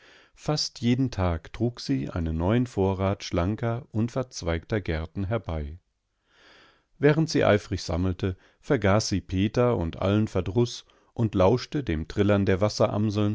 fast jeden tag trug sie einen neuen vorrat schlanker unverzweigter gerten herbei während sie eifrig sammelte vergaß sie peter und allen verdruß und lauschte dem trillern der